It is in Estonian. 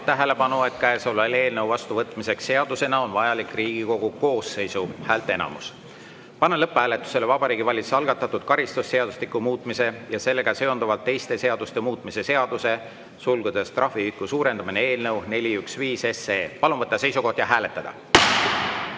tähelepanu, et eelnõu vastuvõtmiseks seadusena on vajalik Riigikogu koosseisu häälteenamus. Panen lõpphääletusele Vabariigi Valitsuse algatatud karistusseadustiku muutmise ja sellega seonduvalt teiste seaduste muutmise seaduse (trahviühiku suurendamine) eelnõu 415. Palun võtta seisukoht ja hääletada!